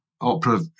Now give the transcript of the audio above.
opera